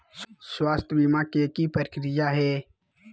स्वास्थ बीमा के की प्रक्रिया है?